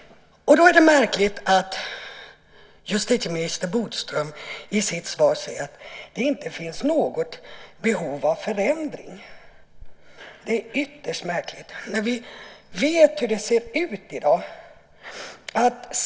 Då är det märkligt att justitieminister Thomas Bodström i sitt svar säger att det inte finns något behov av förändring. Det är ytterst märkligt när vi vet hur det ser ut i dag.